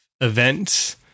events